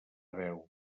veu